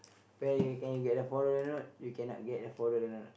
where can you get a four dollar note you cannot get a four dollar note